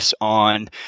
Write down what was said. on